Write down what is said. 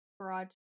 garage